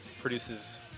produces